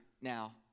now